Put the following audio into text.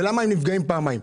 למה הם נפגעים פעמיים?